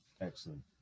Excellent